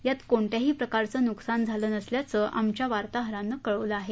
यात कोणत्याही प्रकारचं नुकसान झालं नसल्याचं आमच्या वार्ताहरांनं कळवलं आहे